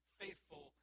faithful